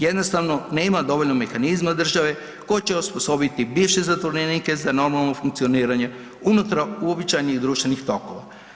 Jednostavno nema dovoljno mehanizma od države tko će osposobiti bivše zatvorenike za normalno funkcioniranje unutar uobičajenih društvenih tokova?